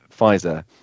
Pfizer